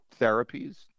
therapies